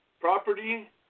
property